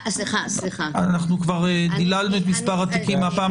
אנחנו כבר דיללנו את מספר התיקים מהפעם